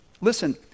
Listen